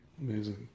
Amazing